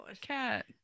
cat